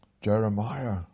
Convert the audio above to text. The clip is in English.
Jeremiah